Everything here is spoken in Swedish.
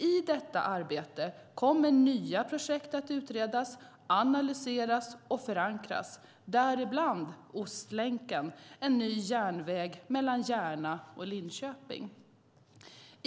I detta arbete kommer nya projekt att utredas, analyseras och förankras, däribland Ostlänken, en ny järnväg mellan Järna och Linköping.